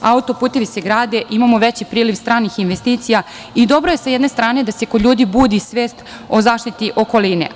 Auto-putevi se grade, imamo veći priliv stranih investicija i dobro je, sa jedne strane, da se kod ljudi budi svest o zaštiti okoline.